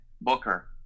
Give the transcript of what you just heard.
Booker